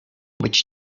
być